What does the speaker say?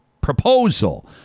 proposal